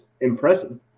impressive